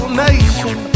nation